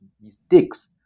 mistakes